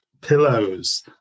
pillows